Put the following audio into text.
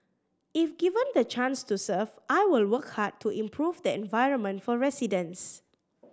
if given the chance to serve I will work hard to improve the environment for residents